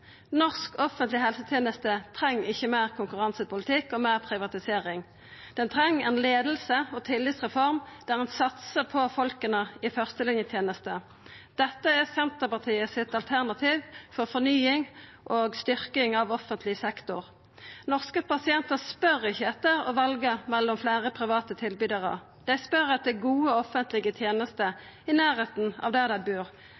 Norsk offentleg helseteneste treng ikkje meir konkurransepolitikk og meir privatisering. Ho treng ei leiing og ei tillitsreform der ein satsar på folka i førstelinjetenesta. Dette er Senterpartiet sitt alternativ for fornying og styrking av offentleg sektor. Norske pasientar spør ikkje etter å få velja mellom fleire private tilbydarar; dei spør etter gode offentlege tenester i nærleiken av der dei bur.